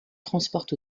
transporte